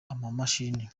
amamashini